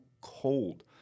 cold